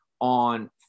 on